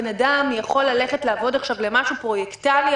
אדם יכול ללכת לעבוד למשהו פרויקטלי,